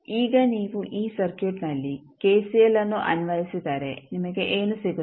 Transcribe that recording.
ಈಗ ನೀವು ಈ ಸರ್ಕ್ಯೂಟ್ನಲ್ಲಿ ಕೆಸಿಎಲ್ಅನ್ನು ಅನ್ವಯಿಸಿದರೆ ನಿಮಗೆ ಏನು ಸಿಗುತ್ತದೆ